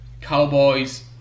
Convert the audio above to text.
Cowboy's